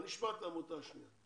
נשמע את העמותה השנייה.